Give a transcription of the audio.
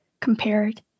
compared